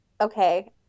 okay